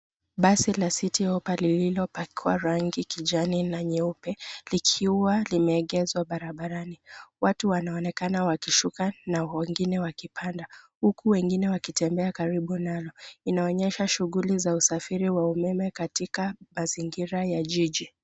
Basi la Citi hoppa lililopakwa rangi kijani na nyeupe likiwa limeegeshwa barabarani. Watu wanaonekana wakishuka na wengine wakipanda huku wengine wakitembea karibu nalo. Inaonyesha shughuli za usafiri wa umeme katika mazingira ya jiji.